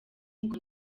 ngo